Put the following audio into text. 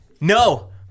no